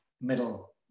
middle